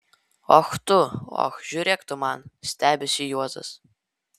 och tu och žiūrėk tu man stebisi juozas